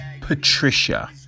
Patricia